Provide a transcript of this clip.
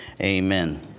amen